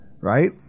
right